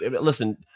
listen